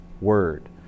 word